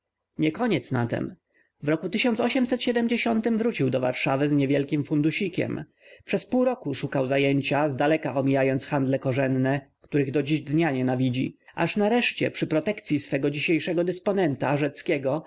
nie koniec na tem w r wrócił do warszawy z niewielkim fundusikiem przez pół roku szukał zajęcia zdaleka omijając handle korzenne których po dziś dzień nienawidzi aż nareszcie przy protekcyi swego dzisiejszego dysponenta